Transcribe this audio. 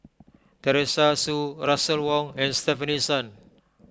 Teresa Hsu Russel Wong and Stefanie Sun